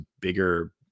bigger